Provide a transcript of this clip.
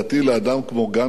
לאדם כמו גנדי,